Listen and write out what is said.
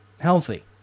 healthy